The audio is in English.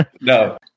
no